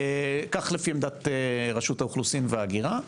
כך לפי עמדת רשות האוכלוסין וההגירה.